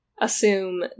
assume